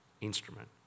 instrument